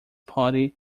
party